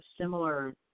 similar